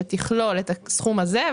שתכלול את הסכום הזה,